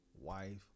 wife